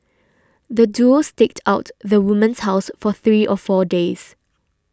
the duo staked out the woman's house for three or four days